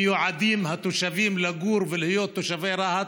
מיועדים, התושבים לגור ולהיות תושבי רהט.